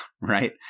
right